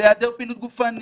היעדר פעילות גופנית,